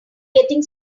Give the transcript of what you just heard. getting